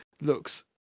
looks